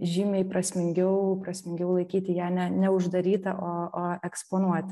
žymiai prasmingiau prasmingiau laikyti ją ne ne uždarytą o o eksponuoti